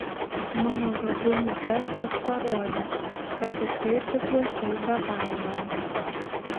mano gabumų testas parodė kad tikrai priklausau bebaimiams